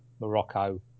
Morocco